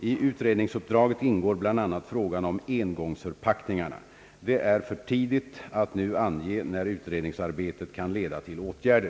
I utredningsuppdraget ingår bl.a. frågan om engångsförpackningarna. Det är för tidigt att nu ange när utredningsarbetet kan leda till åtgärder.